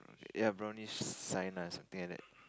ya brownish sign lah something like that